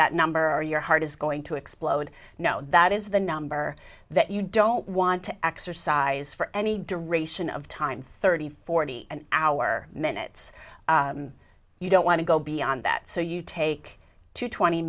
that number or your heart is going to explode no that is the number that you don't want to exercise for any direction of time thirty forty an hour minutes you don't want to go beyond that so you take to twenty